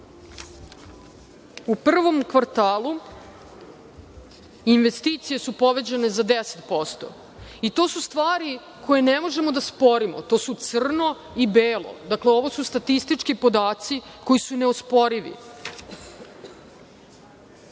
U prvom kvartalu investicije su povećane za 10% i to su stvari koje ne možemo da sporimo. To su crno i belo. Dakle, ovo su statistički podaci koji su neosporivi. Što